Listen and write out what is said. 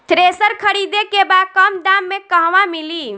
Thresher खरीदे के बा कम दाम में कहवा मिली?